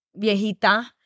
viejita